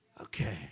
Okay